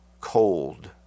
cold